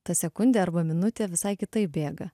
ta sekundė arba minutė visai kitaip bėga